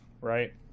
right